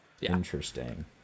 interesting